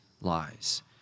lies